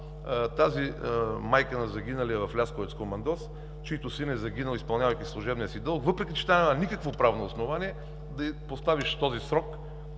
тази майка на загиналия в Лясковец командос, чиито син е загинал, изпълнявайки служебния си дълг, въпреки че тя няма никакво правно основание да й поставиш този срок